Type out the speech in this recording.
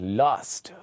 last